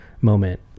moment